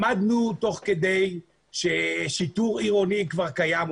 למדנו תוך כדי ששיטור עירוני כבר קיים,